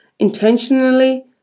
intentionally